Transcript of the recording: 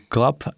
Club